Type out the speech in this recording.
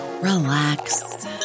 relax